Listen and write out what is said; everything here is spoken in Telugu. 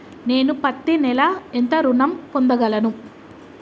నేను పత్తి నెల ఎంత ఋణం పొందగలను?